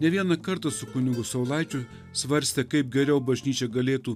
ne vieną kartą su kunigu saulaičiu svarstė kaip geriau bažnyčia galėtų